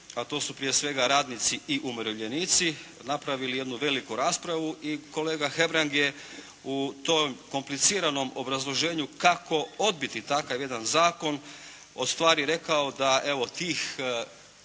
a to su prije svega radnici i umirovljenici napravili jednu veliku raspravu i kolega Hebrang je u tom kompliciranom obrazloženju kako odbiti takav jedan zakon o stvari rekao da evo